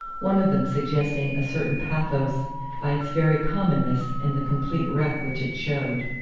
one of them suggesting a certain pathos by its very commonness and the complete wreck which it showed.